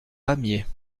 pamiers